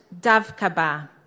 Davkaba